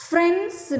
Friends